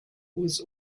was